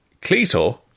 Cleto